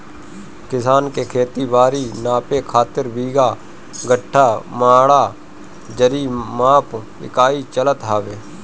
किसान के खेत बारी नापे खातिर बीघा, कठ्ठा, मंडा, जरी माप इकाई चलत हवे